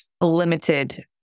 limited